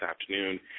afternoon